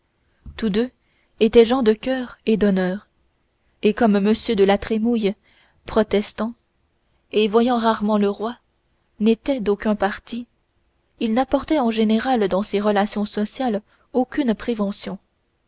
tous deux étaient gens de coeur et d'honneur et comme m de la trémouille protestant et voyant rarement le roi n'était d'aucun parti il n'apportait en général dans ses relations sociales aucune prévention